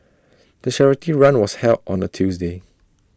the charity run was held on A Tuesday